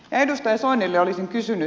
edustaja soinilta olisin kysynyt